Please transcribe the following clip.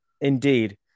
indeed